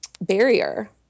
barrier